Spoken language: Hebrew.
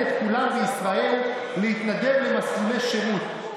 את כולם בישראל להתנדב למסלולי שירות.